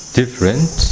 different